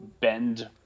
bend